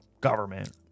government